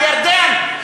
בירדן,